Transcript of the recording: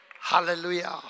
Hallelujah